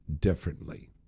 differently